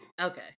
Okay